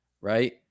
right